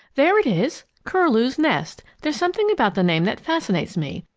there it is curlew's nest there's something about the name that fascinates me.